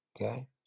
Okay